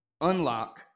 Unlock